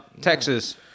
Texas